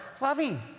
loving